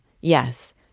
yes